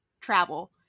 travel